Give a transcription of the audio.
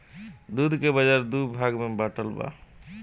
दूध के बाजार दू भाग में बाटल बा